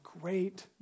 great